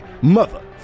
Mother